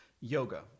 yoga